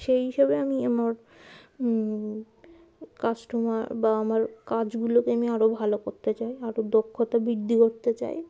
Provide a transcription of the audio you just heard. সেই হিসোবে আমি আমার কাস্টমার বা আমার কাজগুলোকে আমি আরও ভালো করতে চাই আরও দক্ষতা বৃদ্ধি করতে চাই